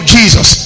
Jesus